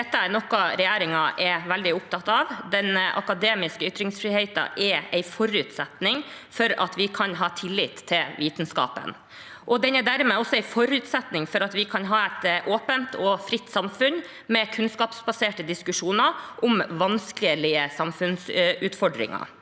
Dette er noe regjeringen er veldig opptatt av. Den akademiske ytringsfriheten er en forutsetning for at vi kan ha tillit til vitenskapen. Den er dermed også en forutsetning for at vi kan ha et åpent og fritt samfunn med kunnskapsbaserte diskusjoner om vanskelige samfunnsutfordringer.